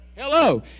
hello